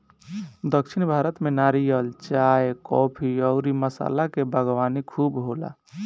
दक्षिण भारत में नारियल, चाय, काफी अउरी मसाला के बागवानी खूब होला